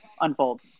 unfold